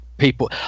people